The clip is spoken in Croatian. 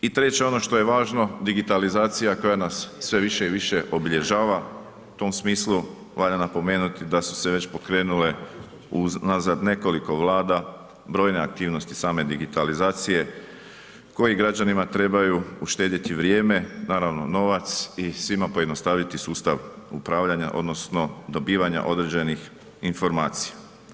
I treće ono što je važno digitalizacija koja nas sve više i više obilježava, u tom smislu valja napomenuti da su se već pokrenule unazad nekoliko vlada brojne aktivnosti same digitalizacije koji građanima trebaju uštedjeti vrijeme, naravno novac i svima pojednostaviti sustav upravljanja odnosno dobivanja određenih informacija.